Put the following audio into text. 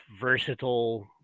versatile